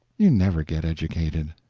you never get educated.